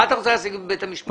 מה אתה רוצה להשיג בבית המשפט?